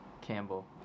Campbell